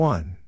One